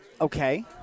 Okay